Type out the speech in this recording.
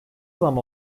zam